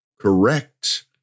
correct